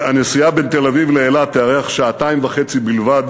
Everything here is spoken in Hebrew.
הנסיעה בין תל-אביב לאילת תארך שעתיים וחצי בלבד.